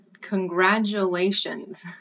congratulations